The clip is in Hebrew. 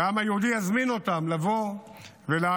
והעם היהודי יזמין אותם לבוא ולעלות,